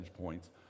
points